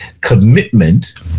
commitment